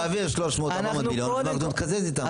תעביר 400-300 מיליון ואנחנו נתקזז איתם.